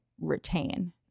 retain